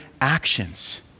actions